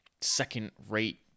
second-rate